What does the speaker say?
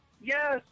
Yes